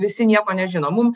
visi nieko nežino mum